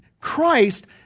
Christ